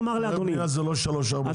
היתרי בנייה זה לא שלוש או ארבע שנים.